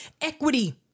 equity